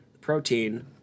protein